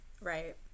right